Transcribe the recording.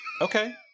Okay